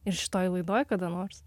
ir šitoj laidoj kada nors